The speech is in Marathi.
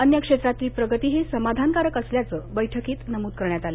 अन्य क्षेत्रातली प्रगतीही समाधानकारक असल्याचं बैठकीत नमूद करण्यात आलं